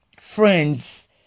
friends